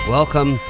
Welcome